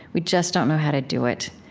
we just don't know how to do it.